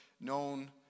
known